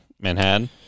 Manhattan